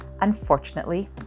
Unfortunately